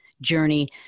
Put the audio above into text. journey